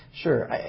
Sure